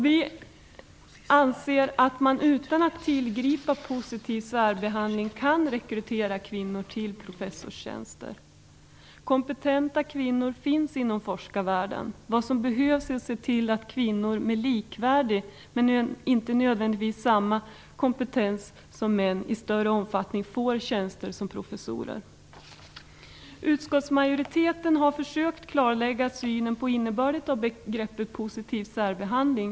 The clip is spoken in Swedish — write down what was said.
Vi anser att man utan att tillgripa positiv särbehandling kan rekrytera kvinnor till professortjänster. Det finns kompetenta kvinnor inom forskarvärlden. Vad som behövs är att se till att kvinnor med likvärdig men inte nödvändigtvis samma kompetens som män i större omfattning får tjänster som professorer. Utskottsmajoriteten har försökt klarlägga synen på innebörden av begreppet positiv särbehandling.